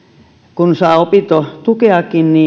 kun saa opintotukeakin